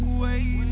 wait